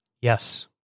Yes